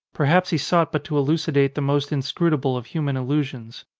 perhaps he sought but to elucidate the most in scrutable of human illusions.